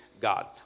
God